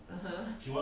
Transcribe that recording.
(uh huh)